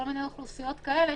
כל מיני אוכלוסיות כאלה,